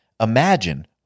Imagine